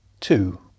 Two